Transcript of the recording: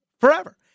forever